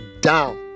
down